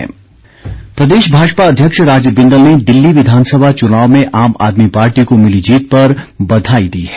बिंदल प्रदेश भाजपा अध्यक्ष राजीव बिंदल ने दिल्ली विधानसभा चुनाव में आम आदमी पार्टी को मिली जीत पर बधाई दी है